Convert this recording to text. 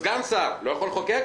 סגן שר מצד אחד לא יכול לחוקק,